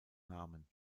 namen